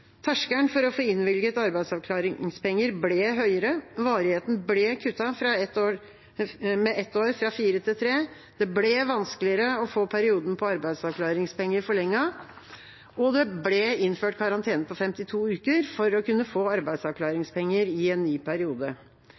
Terskelen for å få innvilget arbeidsavklaringspenger ble høyere, varigheten ble kuttet med ett år, fra fire til tre, det ble vanskeligere å få perioden for arbeidsavklaringspenger forlenget, og det ble innført karantene på 52 uker for å kunne få arbeidsavklaringspenger i en ny periode.